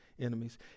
enemies